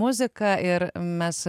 muzika ir mes